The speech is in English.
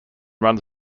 run